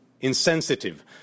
insensitive